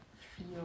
feel